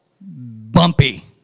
bumpy